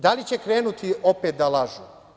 Da li će krenuti opet da lažu.